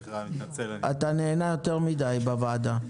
אתה נהנה יותר מדי בוועדה.